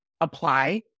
apply